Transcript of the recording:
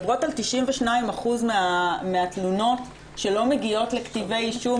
92% מהתלונות לא מגיעות לכתבי אישום,